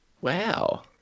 Wow